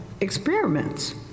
experiments